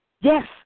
Yes